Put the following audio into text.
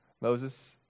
moses